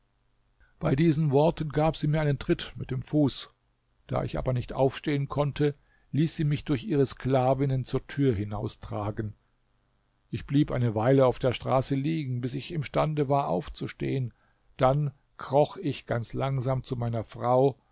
bei diesen worten gab sie mir einen tritt mit dem fuß da ich aber nicht aufstehen konnte ließ sie mich durch ihre sklavinnen zur tür hinaustragen ich blieb eine weile auf der straße liegen bis ich imstande war aufzustehen dann kroch ich ganz langsam zu meiner frau